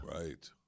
right